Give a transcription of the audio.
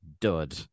dud